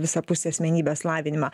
visapusį asmenybės lavinimą